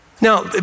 Now